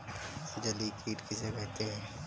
जलीय कीट किसे कहते हैं?